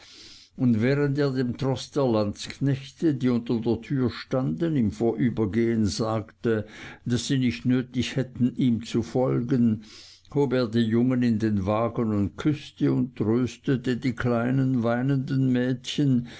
und während er dem troß der landsknechte die unter der tür standen im vorübergehen sagte daß sie nicht nötig hätten ihm zu folgen hob er die jungen in den wagen und küßte und tröstete die kleinen weinenden mädchen